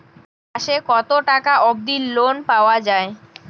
মাসে কত টাকা অবধি লোন পাওয়া য়ায়?